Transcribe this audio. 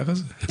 ככה זה עובד.